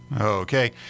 Okay